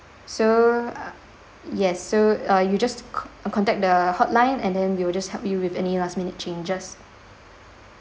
so yes so uh you just co~ contact the hotline and then we'll just help you with any last minute changes